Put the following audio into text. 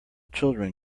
children